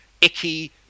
icky